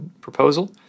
proposal